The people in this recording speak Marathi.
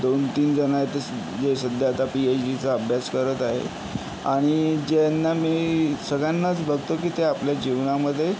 दोन तीन जण आहेत स जे सध्या आता पीएच डी चा अभ्यास करत आहेत आणि ज्यांना मी सगळ्यांनाच बघतो की ते आपल्या जीवनामध्ये